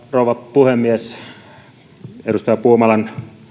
puhemies edustaja puumalan kiitoksiin on helppo yhtyä tässä on